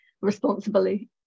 responsibly